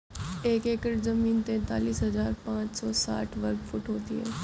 एक एकड़ जमीन तैंतालीस हजार पांच सौ साठ वर्ग फुट होती है